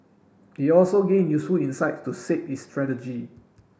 it also gain useful insight to shape its strategy